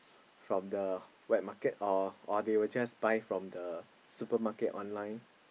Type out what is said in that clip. from the wet market or or they will just buy from the supermarket online